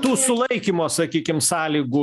tų sulaikymo sakykim sąlygų